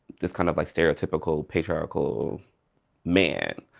this kind of like stereotypical patriarchal man.